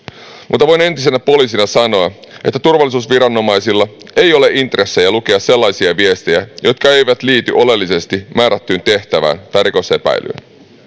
mutta voin entisenä poliisina sanoa että turvallisuusviranomaisilla ei ole intressejä lukea sellaisia viestejä jotka eivät liity oleellisesti määrättyyn tehtävään tai rikosepäilyyn